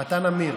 מתן אמיר.